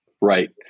Right